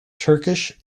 turkish